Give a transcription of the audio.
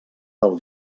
del